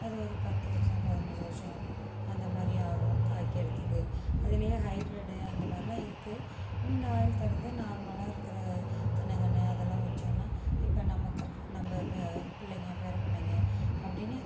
அது ஒரு பத்து வருஷம் பதினைஞ்சு வருஷம் அந்தமாதிரி ஆகும் காய்க்கிறதுக்கு அதுல ஹைபிரிட் அந்தமாதிரிலாம் இருக்கு நீண்ட ஆயுள் தரது நார்மலாக இருக்கிற தென்னங்கன்று அதெல்லாம் வச்சோன்னா இப்போ நமக்கு அப்புறம் நம்ப பே பிள்ளைங்க பேர பிள்ளைங்க அப்படினு